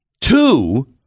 two